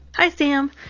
hi, sam.